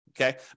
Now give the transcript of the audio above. Okay